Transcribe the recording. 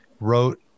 wrote